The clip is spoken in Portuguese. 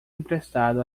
emprestado